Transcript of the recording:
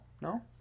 No